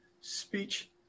speech